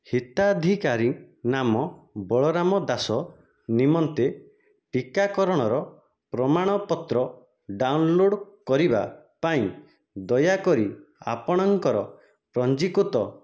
ହିତାଧିକାରୀ ନାମ ବଳରାମ ଦାସ ନିମନ୍ତେ ଟିକାକରଣର ପ୍ରମାଣପତ୍ର ଡାଉନଲୋଡ଼୍ କରିବା ପାଇଁ ଦୟାକରି ଆପଣଙ୍କର ପଞ୍ଜୀକୃତ